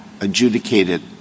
adjudicated